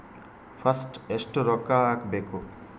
First ಎಷ್ಟು ರೊಕ್ಕ ಹಾಕಬೇಕು?